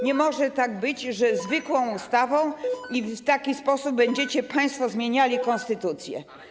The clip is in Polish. Nie może tak być, że zwykłą ustawą i w taki sposób będziecie państwo zmieniali konstytucję.